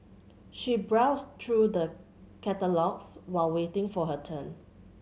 she browsed through the catalogues while waiting for her turn